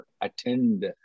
attend